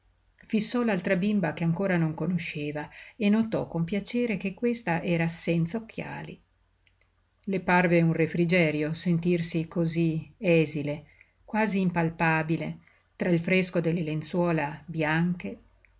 fissò l'altra bimba che ancora non conosceva e notò con piacere che questa era senza occhiali le parve un refrigerio sentirsi cosí esile quasi impalpabile tra il fresco delle lenzuola bianche